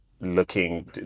looking